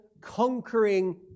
conquering